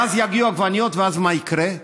ואז יגיעו העגבניות, ואז מה יקרה?